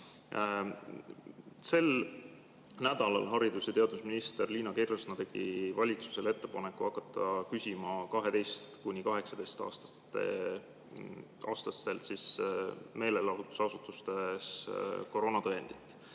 Sel nädalal tegi haridus- ja teadusminister Liina Kersna valitsusele ettepaneku hakata küsima 12–18-aastastelt meelelahutusasutustes koroonatõendit.